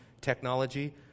technology